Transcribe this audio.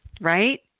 Right